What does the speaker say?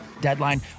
deadline